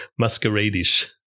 masqueradish